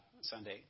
Sunday